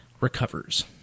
recovers